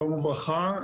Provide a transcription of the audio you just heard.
שלום וברכה.